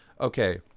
okay